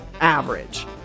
average